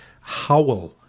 howl